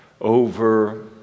over